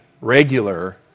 regular